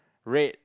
red